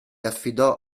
affidò